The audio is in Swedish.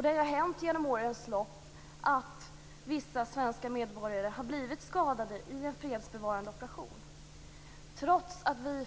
Det har ju hänt genom årens lopp att vissa svenska medborgare har blivit skadade i en fredsbevarande operation. Trots att vi